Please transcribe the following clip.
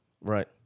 Right